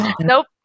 Nope